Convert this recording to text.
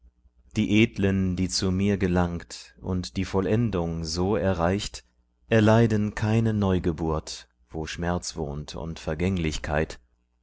die edlen die zu mir gelangt und die vollendung so erreicht erleiden keine neugeburt wo schmerz wohnt und vergänglichkeit